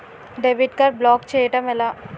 Debit card block చేయటం ఎలా?